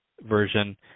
version